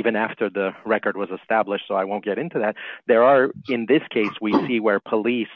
even after the record was a stablish so i won't get into that there are in this case we see where police